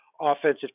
offensive